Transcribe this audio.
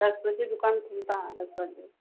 दस बजे दुकान खुलता है दस बजे